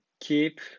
keep